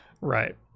Right